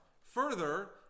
Further